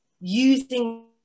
using